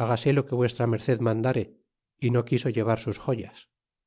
hágase lo que v m mandare y no quiso llevar sus joyas